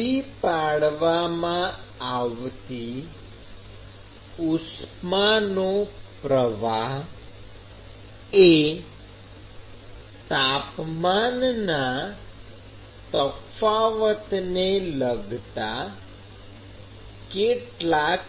પૂરી પાડવામાં આવતી ઉષ્માનો પ્રવાહ એ તાપમાનના તફાવતને લગતા કેટલાક